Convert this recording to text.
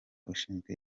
ushinzwe